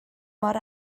mor